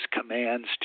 commands